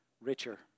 richer